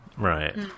Right